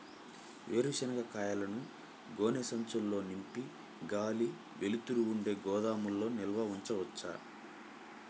వేరుశనగ కాయలను గోనె సంచుల్లో నింపి గాలి, వెలుతురు ఉండే గోదాముల్లో నిల్వ ఉంచవచ్చా?